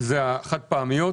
החד פעמיות,